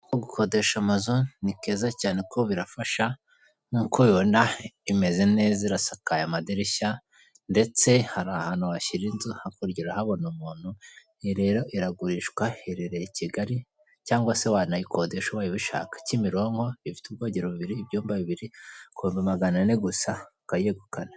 Nko gukodesha amazu ni keza cyane kuko birafasha nkuko ibibona imeze neza irasakaye, amadirishya ndetse hari ahantu washyira inzu, hakurya urahabona umuntu iyi rero iragurishwa, iherereye i Kigali cyangwa se wanayikodesha ubaye ubishaka, Kimironko ifite ubwogero bubiri ibyumba bibiri, ku bihumbi maganane gusa ukayegukana.